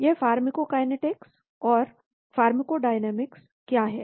यह फार्माकोकाइनेटिक्स और फार्माकोडायनामिक्स क्या है